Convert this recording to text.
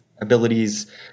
abilities